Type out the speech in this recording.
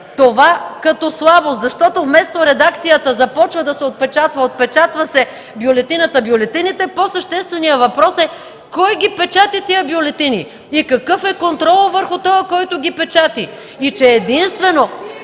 това като слабост. Вместо редакцията „започва да се отпечатва”, „отпечатва се бюлетината”, „бюлетините”, по-същественият въпрос е: кой ги печата тези бюлетини и какъв е контролът върху този, който ги печата?